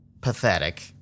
pathetic